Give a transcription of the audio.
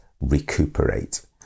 recuperate